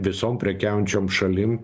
visom prekiaujančiom šalim